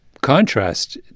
contrast